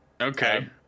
Okay